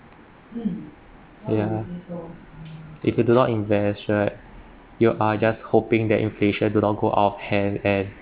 ya if you do not invest right you are just hoping that inflation do not go out of hand and